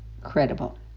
credible